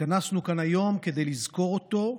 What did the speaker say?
התכנסנו כאן היום כדי לזכור אותו,